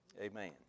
Amen